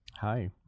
Hi